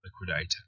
liquidator